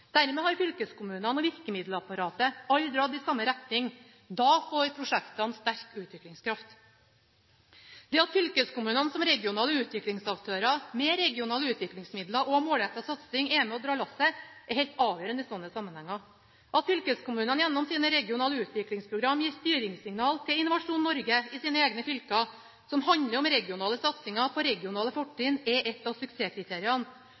Dermed har fylkeskommunene og virkemiddelapparatet alle dratt i samme retning. Da får prosjektene sterk utviklingskraft. Det at fylkeskommunene som regionale utviklingsaktører med regionale utviklingsmidler og målrettet satsing er med og drar lasset, er helt avgjørende i slike sammenhenger. At fylkeskommunene, gjennom sine regionale utviklingsprogram, gir styringssignaler til Innovasjon Norge i sine egne fylker som handler om regionale satsinger på regionale fortrinn, er et av suksesskriteriene.